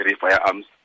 firearms